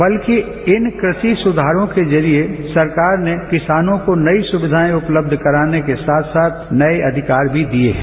बल्कि इन कृषि सुधारों के जरिए सरकार ने किसानों को नई सुविधाएं उपलब्ध कराने के साथ साथ नए अधिकार भी दिए हैं